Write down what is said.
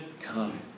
come